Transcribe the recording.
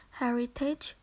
heritage